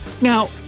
Now